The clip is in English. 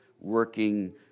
working